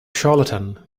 charlatan